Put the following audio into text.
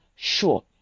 Sure